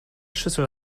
schüssel